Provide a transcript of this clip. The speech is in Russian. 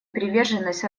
приверженность